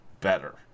better